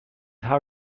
how